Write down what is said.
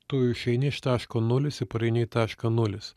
tu išeini iš taško nulis i pareini į tašką nulis